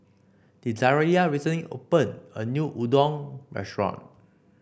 Desirae recently opened a new Udon Restaurant